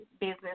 business